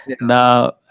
Now